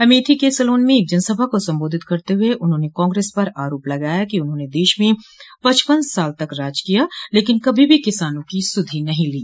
अमेठी के सलोन में एक जनसभा को संबोधित करते हुए उन्होंने कांग्रेस पर आरोप लगाया कि उन्होंने देश में पचपन साल तक राज किया लेकिन कभी भी किसानों की सुधि नहीं ली